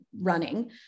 running